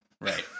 Right